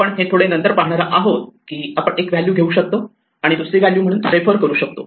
आपण हे थोडे नंतर पाहणार आहोत की आपण एक व्हॅल्यू घेऊ शकतो आणि दुसरी व्हॅल्यू म्हणून रेफर करू शकतो